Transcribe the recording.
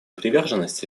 приверженность